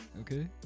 okay